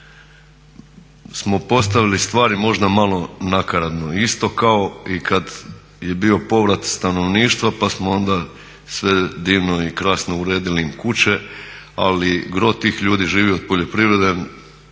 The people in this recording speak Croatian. smo postavili stvari možda malo nakaradno, isto kao i kad je bio povrat stanovništva pa smo onda sve divno i krasno uredili im kuće, ali gro tih ljudi živi od poljoprivrede,